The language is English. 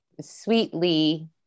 sweetly